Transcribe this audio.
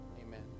Amen